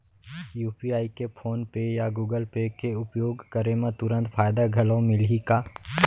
UPI के PhonePe या Google Pay के उपयोग करे म तुरंत फायदा घलो मिलही का?